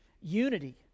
unity